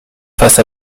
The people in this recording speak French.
face